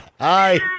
Hi